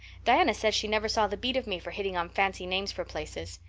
diana says she never saw the beat of me for hitting on fancy names for places.